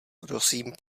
prosím